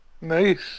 Nice